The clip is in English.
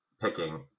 picking